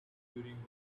during